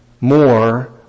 more